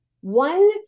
One